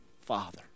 Father